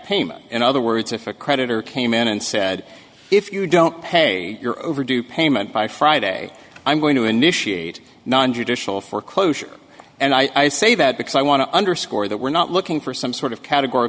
payment in other words if a creditor came in and said if you don't pay your overdue payment by friday i'm going to initiate non judicial foreclosure and i say that because i want to underscore that we're not looking for some sort of categor